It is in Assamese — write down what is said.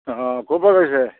অ হ ক'ৰ পৰা কৰিছে